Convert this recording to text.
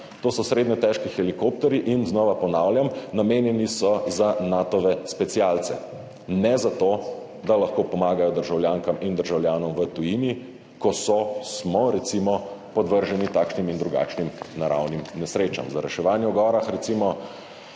To so srednje težki helikopterji in znova ponavljam, namenjeni so za Natove specialce, ne za to, da lahko pomagajo državljankam in državljanom v tujini, ko so, smo recimo podvrženi takšnim in drugačnim naravnim nesrečam. Za reševanje v gorah, recimo,